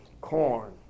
corn